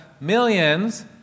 millions